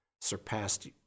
surpassed